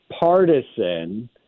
partisan